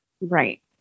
right